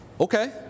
okay